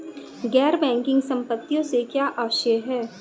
गैर बैंकिंग संपत्तियों से क्या आशय है?